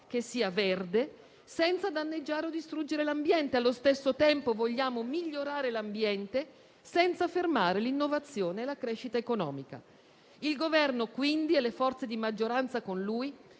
che sia verde senza danneggiare o distruggere l'ambiente. Allo stesso tempo vogliamo migliorare l'ambiente senza fermare l'innovazione e la crescita economica. Il Governo, quindi - e le forze di maggioranza con lui